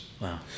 Wow